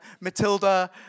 Matilda